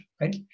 right